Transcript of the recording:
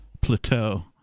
Plateau